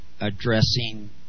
addressing